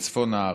בצפון הארץ.